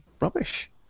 rubbish